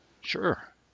sure